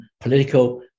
political